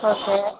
okay